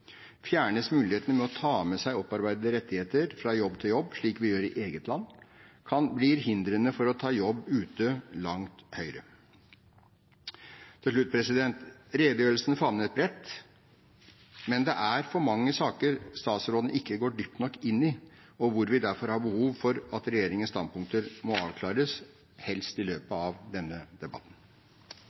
Fjernes muligheten for å ta med seg opparbeidede rettigheter fra jobb til jobb, slik vi gjør i eget land, blir hindrene for å ta jobb ute langt høyere. Til slutt: Redegjørelsen favnet bredt. Men det er for mange saker statsråden ikke går dypt nok inn i. Vi har derfor behov for at regjeringens standpunkter må avklares, helst i løpet av denne debatten.